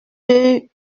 deux